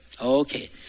Okay